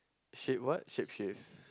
shape what shape shift